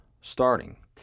starting